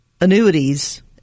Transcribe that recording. annuities